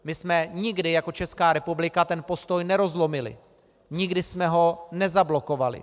My jsme nikdy jako Česká republika ten postoj nerozlomili, nikdy jsme ho nezablokovali.